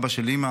אבא של אימא,